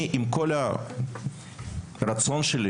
עם כל הרצון שלי